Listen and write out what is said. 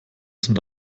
sind